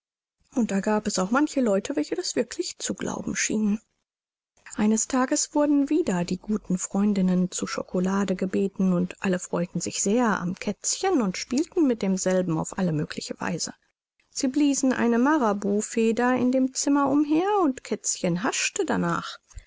und da gab es auch manche leute welche das wirklich zu glauben schienen eines tages wurden wieder die guten freundinnen zu chocolade gebeten und alle freuten sich sehr am kätzchen und spielten mit demselben auf alle mögliche weise sie bliesen eine marabout feder in dem zimmer umher und kätzchen haschte danach